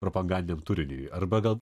propagandiniam turiniui arba gal